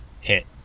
hit